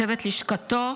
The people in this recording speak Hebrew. צוות לשכתו,